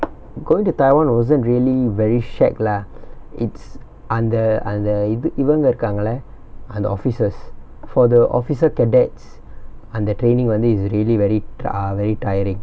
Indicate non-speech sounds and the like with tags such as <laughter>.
<noise> going to taiwan wasn't really very shag lah it's அந்த அந்த இது இவங்க இருக்காங்கள அந்த:antha antha ithu ivanga irukkaangala antha officers for the officer cadets அந்த:antha training வந்து:vanthu it's really very t~ very tiring